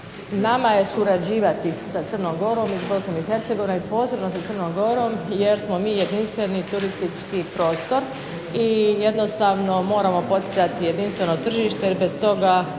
nama je surađivati sa Crnom Gorom i s Bosnom i Hercegovinom i posebno sa Crnom Gorom jer smo mi jedinstveni turistički prostor, i jednostavno moramo poticati jedinstveno tržište jer bez toga